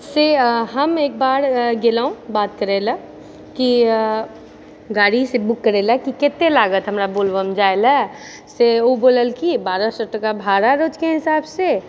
से हम एकबार गेलहुँ बात करै लऽ कि गाड़ीसे बुक करै लऽ कि कते लागत हमरा बोलबम जाए लऽ से ओ बोलल की बारह सए टाका भाड़ा रोजके हिसाबसँ